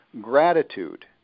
gratitude